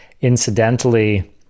incidentally